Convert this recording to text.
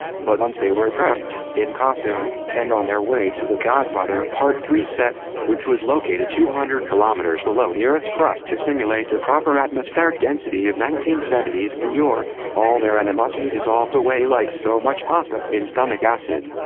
but once they were prepped, in costume, and on their way to the godfather part three set, which was located two hundred kilometers below the earth's crust to simulate the proper atmospheric density of nineteen seventy s new york, all their animosity dissolved away like so much pasta in stomach acid.